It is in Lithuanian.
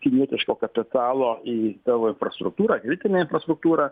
kinietiško kapitalo į savo infrastruktūrą kritinę infrastruktūrą